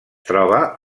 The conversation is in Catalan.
troba